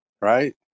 right